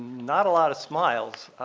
not a lot of smiles.